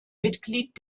mitglied